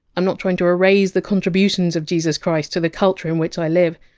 m not trying to erase the contributions of jesus christ to the culture in which i live.